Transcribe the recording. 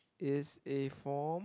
is a form